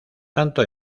tanto